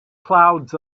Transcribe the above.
clouds